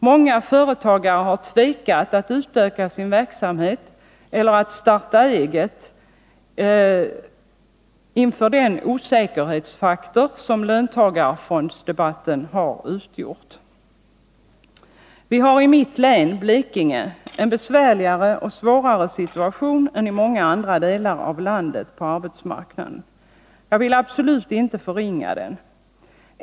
Många företagare har tvekat att utöka sin verksamhet eller att starta eget inför den osäkerhetsfaktor som löntagarfondsdebatten har utgjort. Vi har i mitt län, Blekinge, en besvärligare och svårare situation på arbetsmarknaden än i många andra delar av landet. Jag vill absolut inte förringa svårigheterna.